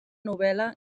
novel·la